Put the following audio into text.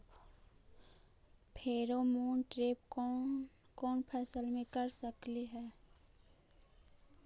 Pheromone trap कोन कोन फसल मे कर सकली हे?